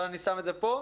אבל אני שם את זה פה.